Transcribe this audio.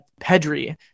Pedri